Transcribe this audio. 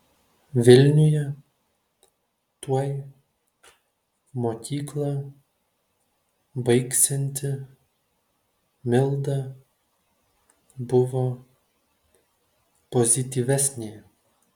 vilniuje tuoj mokyklą baigsianti milda buvo pozityvesnė